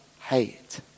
hate